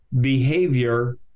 behavior